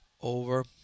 over